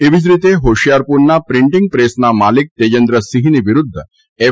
એવી જ રીતે હોશીયારપુરના પ્રિન્ટીંગ પ્રેસના માલિક તેજેન્દ્ર સિંહની વિરુધ્ધ એફ